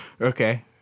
Okay